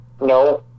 No